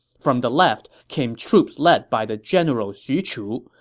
from the left came troops led by the general xu chu,